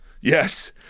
Yes